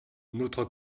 notre